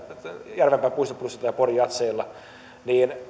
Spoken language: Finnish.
järvenpään puistobluesissa tai pori jazzeilla niin